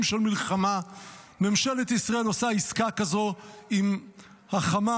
של מלחמה ממשלת ישראל עושה עסקה כזו עם החמאס,